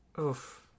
Oof